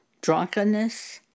drunkenness